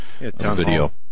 video